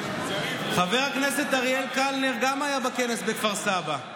חבר הכנסת אריאל קלנר גם היה בכנס בכפר סבא.